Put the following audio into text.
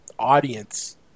Audience